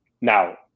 Now